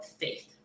faith